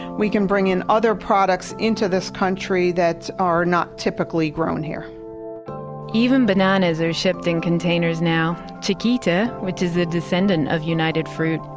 we can bring in other products into this country that are not typically grown here even bananas are shipped in containers now. chiquita, which is a descendant of united fruit,